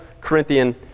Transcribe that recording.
Corinthian